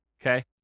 okay